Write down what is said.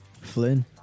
Flynn